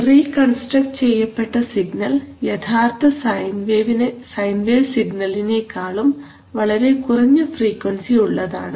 reconstruct ചെയ്യപ്പെട്ട signal യഥാർത്ഥ sine wave സിഗ്നലിനെക്കാളും വളരെ കുറഞ്ഞ ഫ്രീക്വൻസി ഉള്ളതാണ്